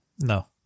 No